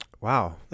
Wow